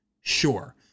sure